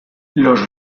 los